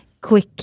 quick